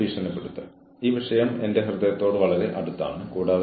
രണ്ട് വഴിയുള്ള ആശയവിനിമയം ഉറപ്പാക്കുക